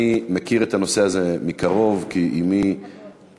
אני מכיר את הנושא הזה מקרוב כי אמי טובה,